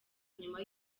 nyuma